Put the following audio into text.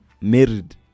married